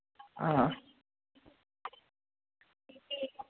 हां